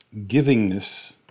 givingness